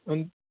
अंजी